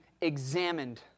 examined